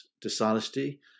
dishonesty